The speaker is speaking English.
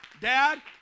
Dad